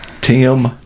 tim